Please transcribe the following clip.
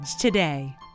today